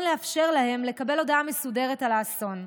לאפשר להם לקבל הודעה מסודרת על האסון.